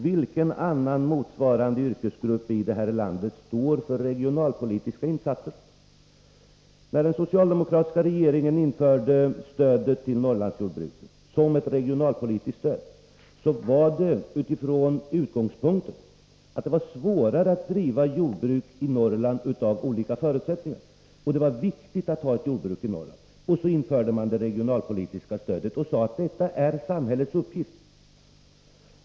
Vilken annan motsvarande yrkesgrupp i detta land står för regionalpolitiska insatser? När den socialdemokratiska regeringen införde stödet till Norrlandsjordbruket som ett regionalpolitiskt stöd, skedde det med utgångspunkt i att det var svårare att driva jordbruk i Norrland, eftersom man där har andra förutsättningar, och att det var viktigt att ha ett jordbruk i Norrland. Därför införde man det regionalpolitiska stödet, och man sade att detta är samhällets uppgift.